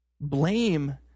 blame